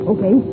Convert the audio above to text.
Okay